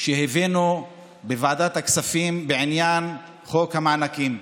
שהבאנו בוועדת הכספים בעניין חוק המענקים.